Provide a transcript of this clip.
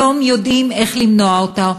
היום יודעים איך למנוע אותה.